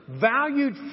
valued